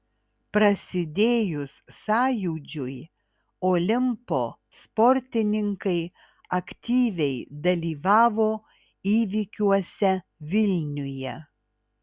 prasidėjus sąjūdžiui olimpo sportininkai aktyviai dalyvavo įvykiuose vilniuje